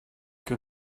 que